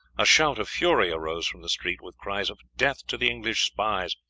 a shout of fury arose from the street, with cries of death to the english spies!